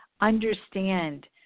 Understand